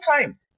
time